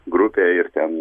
grupė ir ten